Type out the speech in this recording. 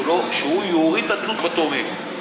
שהוא יוריד את התלות בתורמים.